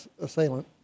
assailant